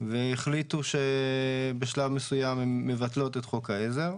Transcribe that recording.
והחליטו שבשלב מסוים הן מבטלות את חוק העזר,